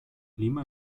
lima